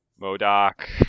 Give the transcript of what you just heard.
Modoc